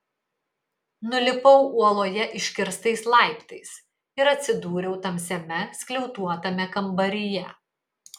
nulipau uoloje iškirstais laiptais ir atsidūriau tamsiame skliautuotame kambaryje